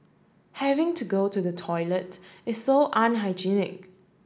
having to go to the toilet is so unhygienic